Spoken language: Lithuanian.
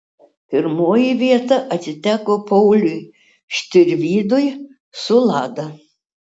pirmoji vieta atiteko pauliui štirvydui su lada